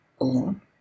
alone